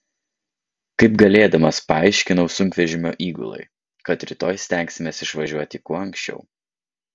kaip galėdamas paaiškinau sunkvežimio įgulai kad rytoj stengsimės išvažiuoti kuo anksčiau